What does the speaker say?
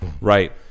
Right